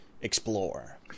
explore